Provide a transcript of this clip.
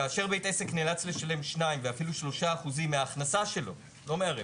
כאשר בית עסק נאלץ לשלם 2% ואפילו 3% מההכנסה שלו לא מהרווח,